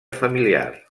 familiar